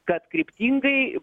kad kryptingai